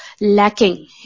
lacking